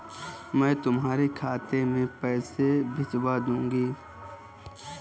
मैं तुम्हारे खाते में पैसे भिजवा दूँगी